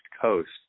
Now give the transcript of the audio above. Coast